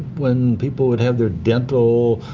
when people would have their dental